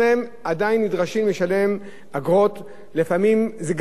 לפעמים זה נגמר באסונות שקורים למשפחות האלה,